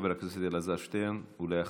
חבר הכנסת אלעזר שטרן, ואחריו,